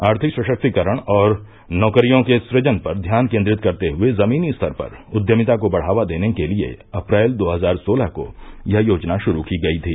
आर्थिक सशक्तिकरण और नौकरियों के सुजन पर ध्यान केन्द्रित करते हए जमीनी स्तर पर उद्यमिता को बढ़ावा देने के लिए अप्रैल दो हजार सोलह को यह योजना शुरू की गई थी